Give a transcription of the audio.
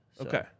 Okay